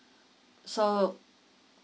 so